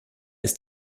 ist